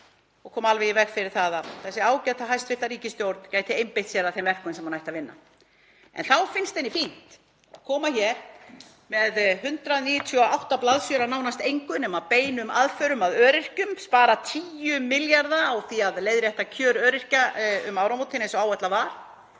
og kom alveg í veg fyrir það að þessi hæstv. ríkisstjórn gæti einbeitt sér að þeim verkum sem hún á að vinna. Þá finnst þeim fínt að koma hér með 198 blaðsíður af nánast engu nema beinni aðför að öryrkjum, spara 10 milljarða á því að leiðrétta ekki kjör öryrkja um áramótin eins og áætlað var,